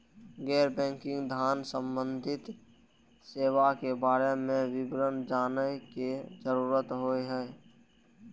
गैर बैंकिंग धान सम्बन्धी सेवा के बारे में विवरण जानय के जरुरत होय हय?